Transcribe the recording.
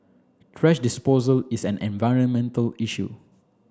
thrash disposal is an environmental issue